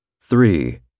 Three